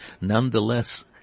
nonetheless